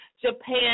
Japan